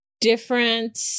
different